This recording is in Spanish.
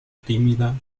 tímida